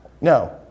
No